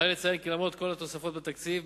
עלי לציין כי למרות כל התוספות בתקציב,